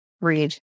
read